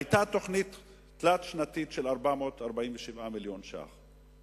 היתה תוכנית תלת-שנתית של 447 מיליון ש"ח,